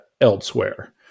elsewhere